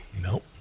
Nope